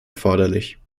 erforderlich